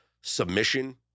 submission